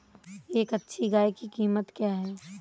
एक अच्छी गाय की कीमत क्या है?